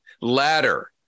ladder